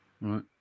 Right